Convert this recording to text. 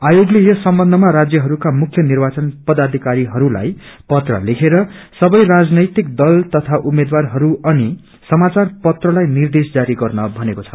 आयोगले यस सम्बन्ध्मा राज्यहरूका मुख्य निव्रचन प्रदाध्किारीहरूलाई पत्र लेखेर सबै राजनैतिक दल तथा उम्मेद्वारहरू अनि सामाचार पत्रलाई निर्देश जारी गर्न भनेको छ